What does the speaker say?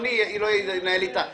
אדוני לא ינהל איתה דיון.